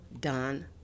done